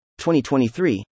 2023